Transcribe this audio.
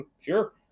sure